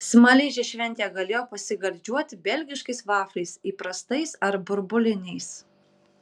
smaližiai šventėje galėjo pasigardžiuoti belgiškais vafliais įprastais ar burbuliniais